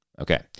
Okay